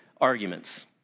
arguments